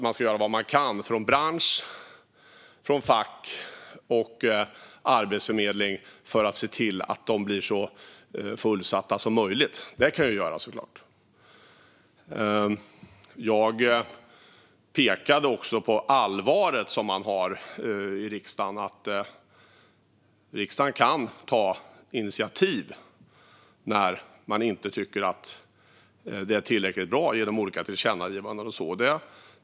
Man ska göra vad man kan från branschen, facket och Arbetsförmedlingen för att se till att de blir så fullsatta som möjligt. Det kan jag säga. Jag pekade också på det allvar som finns i riksdagen och att riksdagen kan ta initiativ genom olika tillkännagivanden och så vidare när man inte tycker att något är tillräckligt bra.